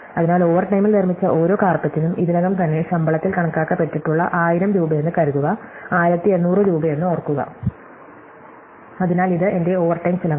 അതിനാൽ ഓവർടൈമിൽ നിർമ്മിച്ച ഓരോ കാര്പെട്റ്റിനും ഇതിനകം തന്നെ ശമ്പളത്തിൽ കണക്കാക്കപ്പെട്ടിട്ടുള്ള 1000 രൂപയെന്ന് കരുതുക 1800 രൂപയെന്ന് ഓർക്കുക അതിനാൽ ഇത് എന്റെ ഓവർടൈം ചെലവാണ്